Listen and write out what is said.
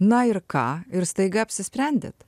na ir ką ir staiga apsisprendėt